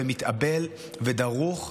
מתאבל ודרוך.